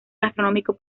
gastronómico